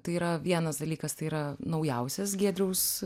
tai yra vienas dalykas tai yra naujausias giedriaus